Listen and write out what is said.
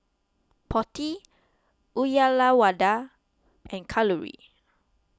Potti Uyyalawada and Kalluri